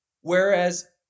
Whereas